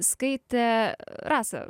skaitę rasa